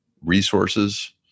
resources